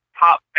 top